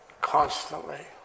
constantly